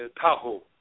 Tahoe